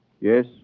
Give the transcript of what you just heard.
Yes